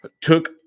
took